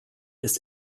ist